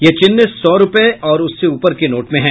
यह चिन्ह सौ रूपये और उससे ऊपर के नोट में है